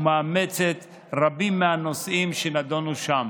ומאמצת רבים מהנושאים שנדונו שם.